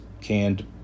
canned